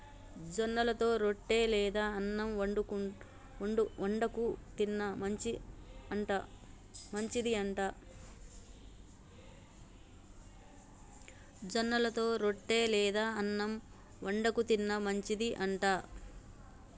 జొన్నలతో రొట్టె లేదా అన్నం వండుకు తిన్న మంచిది అంట